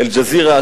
"אל-ג'זירה",